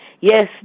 Yes